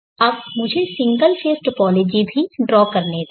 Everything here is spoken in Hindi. अब मुझे सिंगल फेज़ टोपोलॉजी भी ड्रा करने दें